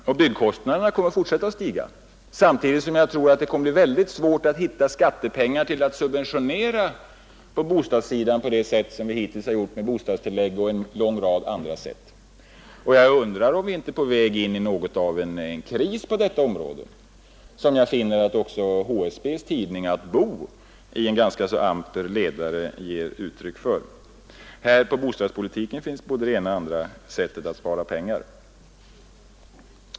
Och byggkostnaderna kommer att fortsätta att stiga samtidigt som det blir synnerligen svårt att hitta skattepengar till att subventionera bostäderna på det sätt som vi hittills har gjort med bostadstillägg och på en lång rad andra sätt. Jag undrar om vi inte är på väg in i något slag av kris på detta område — en uppfattning som jag finner att också HSB:s tidning Att bo ger uttryck för i en ganska amper ledare. På bostadspolitikens område finns både det ena och det andra sättet att spara pengar.